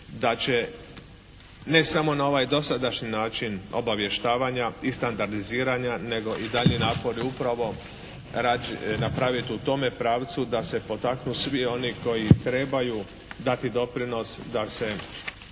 da će ne samo na ovaj dosadašnji način obavještavanja i standardiziranja, nego i daljnji napori upravo napravit u tome pravcu da se potaknu svi oni koji trebaju dati doprinos da se